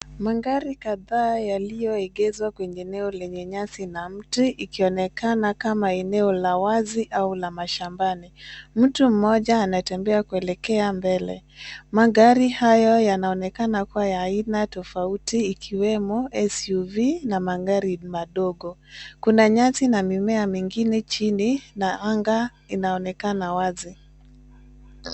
Magari kadhaa yaliyoegezwa kwenye eneo lenye nyasi na miti ikionekana kama eneo la wazi au la mashambani. Mtu mmoja anatembea kuelekea mbele. Magari hayo yanaonekana kuwa ya aina tofauti ikiwemo SUV na magari madogo. Kuna nyasi na mimea mingine chini na anga inaonekana wazi.